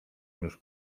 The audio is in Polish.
już